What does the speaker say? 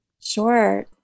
Sure